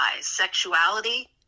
sexuality